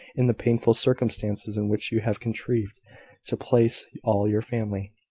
in the painful circumstances in which you have contrived to place all your family.